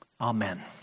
Amen